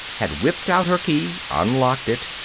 had whipped out her key, unlocked it,